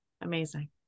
Amazing